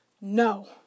No